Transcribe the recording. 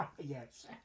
Yes